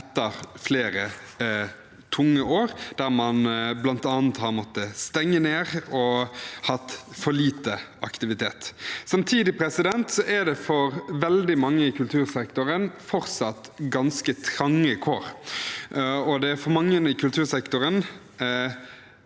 etter flere tunge år der man bl.a. har måttet stenge ned og hatt for lite aktivitet. Samtidig er det for veldig mange i kultursektoren fortsatt ganske trange kår. Mange i kultursektoren